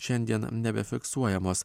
šiandien nebefiksuojamos